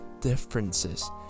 differences